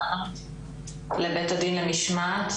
פניות לבית הדין למשמעת,